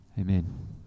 Amen